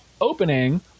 opening